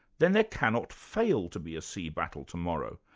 then there cannot fail to be a sea battle tomorrow.